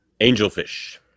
Angelfish